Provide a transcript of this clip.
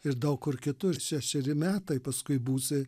ir daug kur kitur šešeri metai paskui būsi